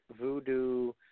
voodoo